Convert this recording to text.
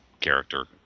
character